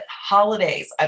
Holidays